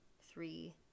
three